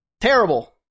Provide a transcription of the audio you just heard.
Terrible